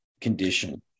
condition